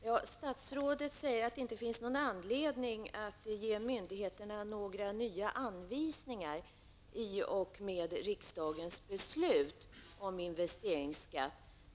Fru talman! Statsrådet säger att det inte finns någon anledning att ge myndigheterna några nya anvisningar i och med riksdagens beslut om investeringsskatt.